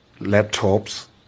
laptops